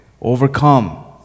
overcome